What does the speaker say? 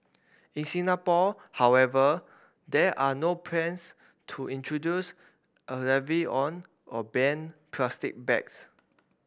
in Singapore however there are no plans to introduce a levy on or ban plastic bags